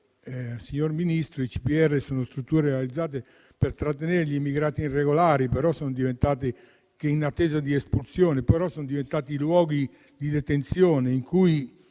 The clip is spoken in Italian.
signor Ministro, i CPR sono strutture realizzate per trattenere gli immigrati irregolari in attesa di espulsione; però sono diventati luoghi di detenzione. Da una